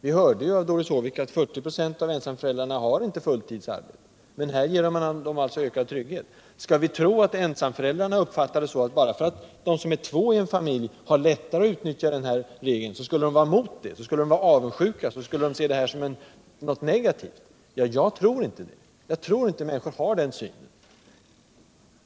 Vi hörde av Doris Håvik att 40 26 av ensamföräldrarna inte har fulltidsarbete. Nu ger man dem alltså ökad trygghet. Bara för att de som är två vuxna i en familj har lättare att utnyttja den här regeln, skall vi väl inte tro att ensamföräldrarna är avundsjuka och ser reformen som något negativt. Jag tror inte att människor har den synen.